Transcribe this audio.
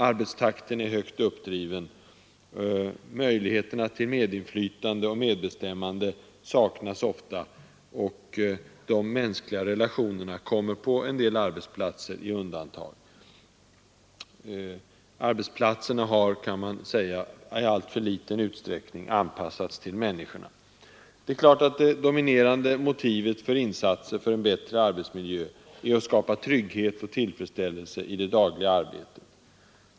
Arbetstakten är högt uppdriven, möjligheterna till medinflytande och medbestämmande saknas ofta och de mänskliga relationerna kommer på en del arbetsplatser på undantag. Arbetsplatserna har i alltför liten utsträckning anpassats till människorna. Det dominerande motivet för insatser för en bättre arbetsmiljö är behovet av trygghet och tillfredsställelse i det dagliga arbetet.